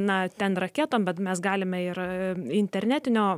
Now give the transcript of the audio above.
na ten raketom bet mes galime ir internetinio